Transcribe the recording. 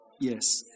yes